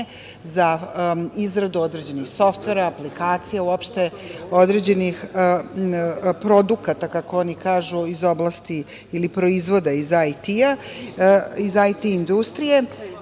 za izradu određenih softvera, aplikacija, uopšte određenih produkata, kako oni kažu iz oblasti ili proizvoda iz IT industrije.